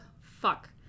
Fuck